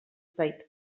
zait